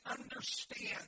understand